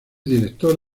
director